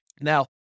Now